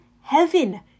heaven